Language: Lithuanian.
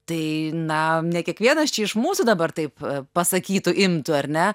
tai na ne kiekvienas čia iš mūsų dabar taip pasakytų imtų ar ne